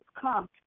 come